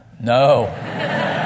No